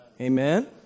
Amen